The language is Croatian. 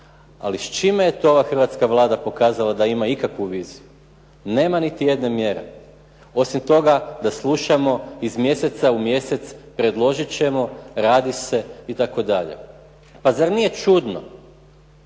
Ali s čime je to ova hrvatska Vlada pokazala da ima ikakvu viziju? Nema niti jedne mjere, osim toga da slušamo iz mjeseca u mjesec predložit ćemo, radi se itd. Pa zar nije čudno